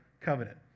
covenant